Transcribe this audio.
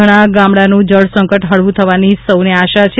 ઘણા ગામડાનું જળસંકટ હળવું થવાની સૌને આશા છે